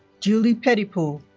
julie pettypool